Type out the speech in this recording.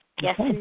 Yes